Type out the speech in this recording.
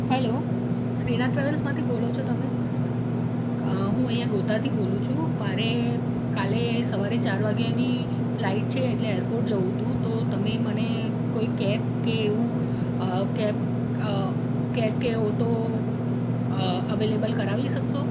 hello Shrinath ટ્રાવેલ્સમાંથી બોલો છો તમે હું અહીંયા ગોતાથી બોલું છું મારે કાલે સવારે ચાર વાગ્યાની ફ્લાઈટ છે એટલે એરપોટ જવું હતું તો તમે મને કોઈ કેબ કે એવું કેબ કે ઓટો અવેલેબલ કરાવી શકશો